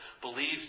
believes